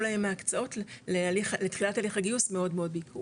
להם ההקצאות לתחילת הליך הגיוס מאוד מאוד באיחור